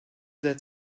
that